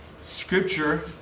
scripture